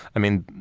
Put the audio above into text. i mean,